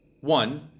One